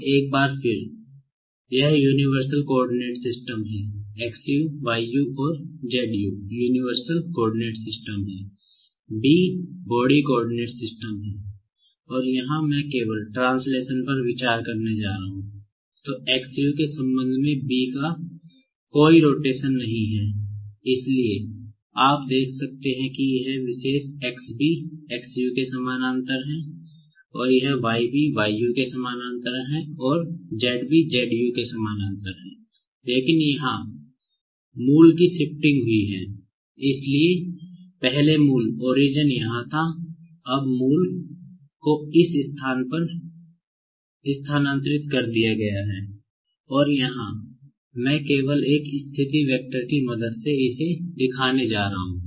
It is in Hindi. अब एक बार फिर यह यूनिवर्सल कोआर्डिनेट सिस्टम को इस पर स्थानांतरित कर दिया गया है और यहां मैं केवल एक स्थिति वेक्टर की मदद से इसे दिखाने जा रहा हूं